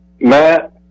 Matt